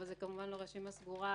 אבל זו כמובן לא רשימה סגורה,